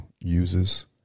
uses